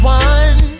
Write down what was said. one